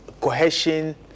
cohesion